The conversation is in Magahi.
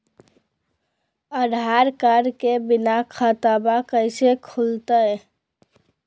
आधार कार्ड के बिना खाताबा कैसे खुल तय?